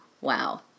Wow